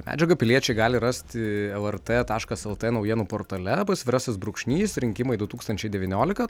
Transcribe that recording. medžiagą piliečiai gali rasti lrt tašlas lt naujienų portale pasvirasis brūkšnys rinkimai du tūktančiai devyniolika